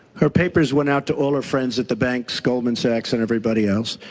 her papers went out to all her friends at the banks, goldman sachs and everybody else.